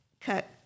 cut